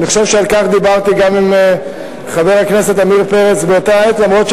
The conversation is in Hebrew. אני חושב שעל כך דיברתי גם עם חבר הכנסת עמיר פרץ באותה עת,